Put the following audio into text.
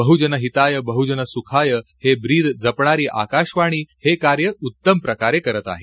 बहजन हिताय बहजन सुखाय हे ब्रीद जपणारी आकाशवाणी हे कार्य उत्तम प्रकारे करत आहे